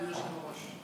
אדוני היושב-ראש.